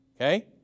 Okay